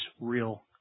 real